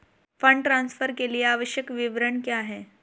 Fund transfer के लिए आवश्यक विवरण क्या हैं?